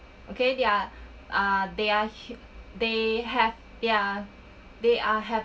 okay they're ah they're they have they're they are have